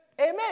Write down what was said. Amen